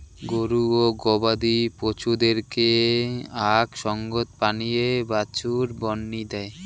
গরু ও গবাদি পছুদেরকে আক সঙ্গত পানীয়ে বাছুর বংনি দেই